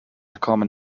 common